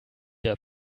der